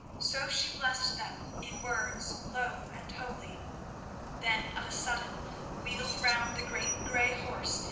so she blessed them in words low and holy then of a sudden wheeled round the great grey horse,